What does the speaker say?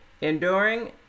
enduring